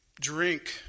Drink